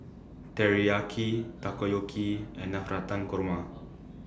Teriyaki Takoyaki and Navratan Korma